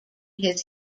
his